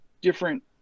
different